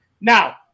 Now